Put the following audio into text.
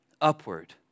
upward